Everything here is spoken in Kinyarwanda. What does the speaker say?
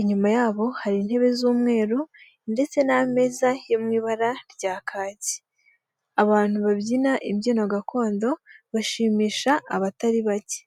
inyuma yabo hari intebe z'umweru ndetse n'ameza yo mu ibara rya kaki, abantu babyina imbyino gakondo bashimisha abatari bake.